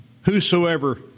whosoever